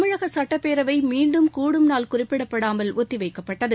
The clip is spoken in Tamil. தமிழக சட்டப்பேரவை மீண்டும் கூடும் நாள் குறிப்பிடப்படாமல் ஒத்தி வைக்கப்பட்டது